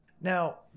Now